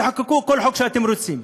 תחוקקו כל חוק שאתם רוצים,